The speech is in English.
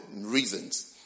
reasons